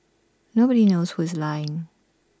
nobody knows who is lying